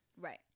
Right